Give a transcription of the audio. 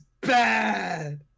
bad